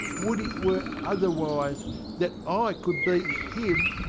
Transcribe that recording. would it were otherwise that i could beat him,